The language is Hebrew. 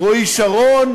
רועי שרון